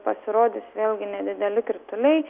pasirodys vėlgi nedideli krituliai